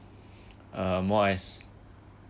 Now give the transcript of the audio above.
uh more ice